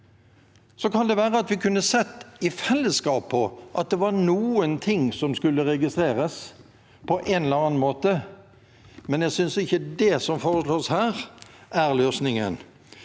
Så kan det være at vi i fellesskap kunne sett på om det var noe som skulle registreres på en eller annen måte, men jeg synes ikke det som foreslås her, er løsningen.